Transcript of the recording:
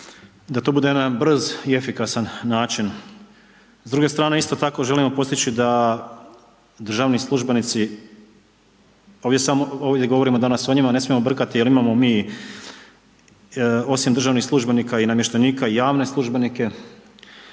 da to bude jedan brz i efikasan način. S druge strane isto tako želimo postići da državni službenici, ovdje govorimo danas o njima, ne smijemo brkati jer imamo mi osim državnih službenika i namještenika i javne službenike,